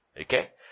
Okay